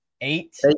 eight